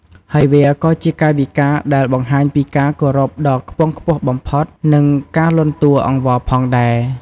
ហើយវាក៏ជាកាយវិការដែលបង្ហាញពីការគោរពដ៏ខ្ពង់ខ្ពស់បំផុត និងការលន់តួអង្វរផងដែរ។